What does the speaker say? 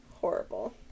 horrible